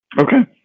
Okay